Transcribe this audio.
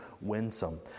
winsome